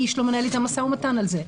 איש לא מנהל איתם משא ומתן על זה.